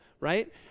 right